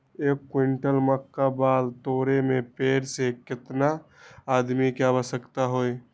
एक क्विंटल मक्का बाल तोरे में पेड़ से केतना आदमी के आवश्कता होई?